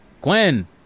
Gwen